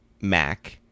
Mac